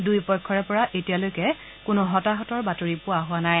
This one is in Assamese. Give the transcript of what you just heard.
দুয়ো পক্ষৰে পৰা এতিয়ালৈকে কোনো হতাহতৰ বাতৰি পোৱা হোৱা নাই